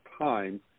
time